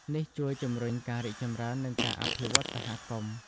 នេះជួយជំរុញការរីកចម្រើន និងការអភិវឌ្ឍសហគមន៍។